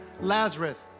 Lazarus